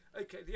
Okay